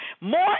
more